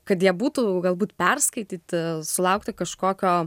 kad jie būtų galbūt perskaityti sulaukti kažkokio